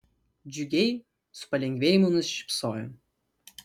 džiugiai su palengvėjimu nusišypsojo